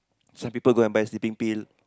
some people go and buy sleeping pill